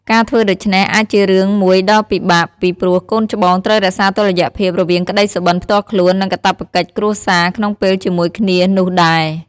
ការធ្វើដូច្នេះអាចជារឿងមួយដ៏ពិបាក ពីព្រោះកូនច្បងត្រូវរក្សាតុល្យភាពរវាងក្ដីសុបិនផ្ទាល់ខ្លួន និងកាតព្វកិច្ចគ្រួសារក្នុងពេលជាមួយគ្នានោះដែរ។